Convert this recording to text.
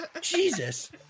Jesus